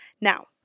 Now